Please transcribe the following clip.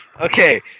Okay